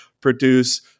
produce